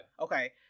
Okay